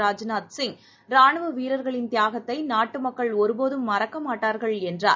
ராஜ்நாத் சிங் ராணுவவீரர்களின் தியாகத்தைநாட்டுமக்கள் ஒருபோதும் மறக்கமாட்டார்கள் என்றார்